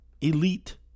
elite